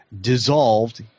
dissolved